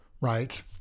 Right